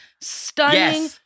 stunning